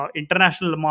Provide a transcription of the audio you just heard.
international